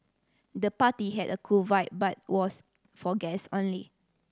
the party had a cool vibe but was for guest only